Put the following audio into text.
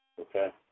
okay